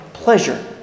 pleasure